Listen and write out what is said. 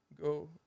go